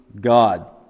god